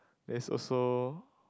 there's also